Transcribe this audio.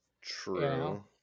True